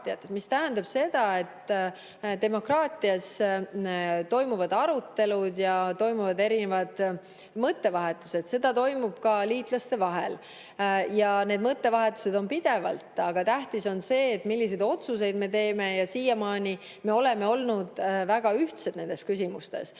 See tähendab seda, et demokraatias toimuvad arutelud ja toimuvad erinevad mõttevahetused. See toimub ka liitlaste vahel. Neid mõttevahetusi on pidevalt, aga tähtis on see, milliseid otsuseid me teeme. Siiamaani me oleme olnud väga ühtsed nendes küsimustes.